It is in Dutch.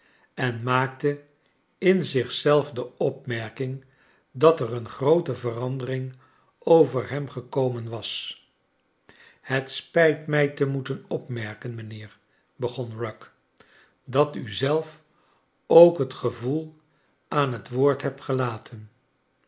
en maakte in zich zelf de opmerking dat er een groote verandering over hem gekomen was het spijt mij te moeten opmerken mijnheer begon rugg dat u zelf ook het gevoe'l aan het woord hebt gelaten